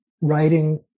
writing